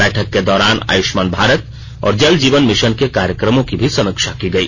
बैठक के दौरान आयुष्मान भारत और जल जीवन मिशन के कार्यक्रमों की भी समीक्षा की गई